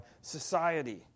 society